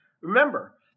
Remember